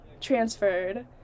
transferred